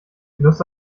lust